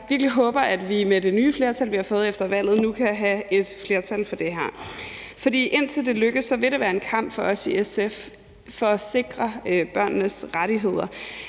håber, at vi med det nye flertal, vi har fået efter valget, nu kan have et flertal for det her. Indtil det lykkes, vil det være en kamp for os i SF at sikre børnenes rettigheder.